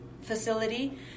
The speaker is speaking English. facility